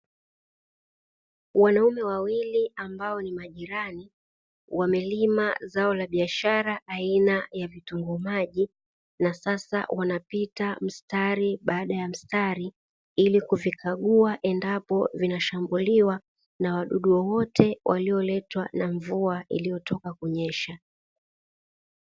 Wanaume wawili ambao ni majirani wamelima zao la biashara aina ya vitunguu maji, na sasa wanapita mstari baada ya mstari ili kuvikagua endapo wanashambulia na wadudu wowote walioletwa na mvua iliyotoka kunyesha.